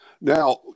Now